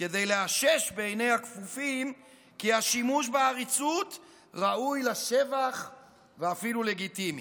כדי לאשש בעיני הכפופים כי השימוש בעריצות ראוי לשבח ואפילו לגיטימי".